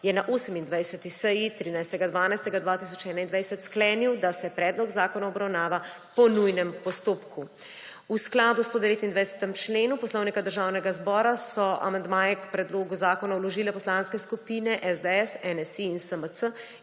je na 28. seji 13. 12. 2021 sklenil, da se predlog zakona obravnava po nujnem postopku. V skladu s 129. členom Poslovnika Državnega zbora so amandmaje k predlogu zakona vložile poslanske skupine SDS, NSi in SMC,